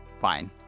fine